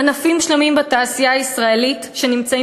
ענפים שלמים בתעשייה הישראלית שנמצאים